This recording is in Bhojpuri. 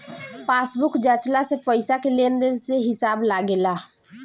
पासबुक जाँचला से पईसा के लेन देन के हिसाब लागेला